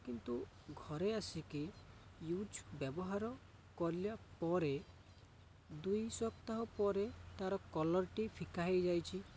କିନ୍ତୁ ଘରେ ଆସିକି ୟୁଜ୍ ବ୍ୟବହାର କଲା ପରେ ଦୁଇ ସପ୍ତାହ ପରେ ତାର କଲର୍ଟି ଫିକା ହେଇଯାଇଛି